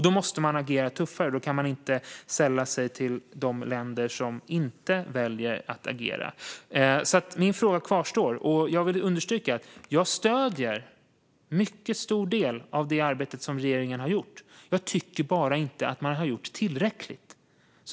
Då måste vi agera tuffare och inte sälla oss till de länder som väljer att inte agera. Låt mig understryka att jag stöder en stor del av det arbete som regeringen gjort. Man har bara inte gjort tillräckligt.